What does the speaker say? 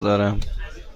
دارم